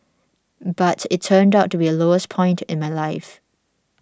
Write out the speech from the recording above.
but it turned out to be the lowest point in my life